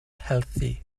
healthy